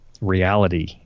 reality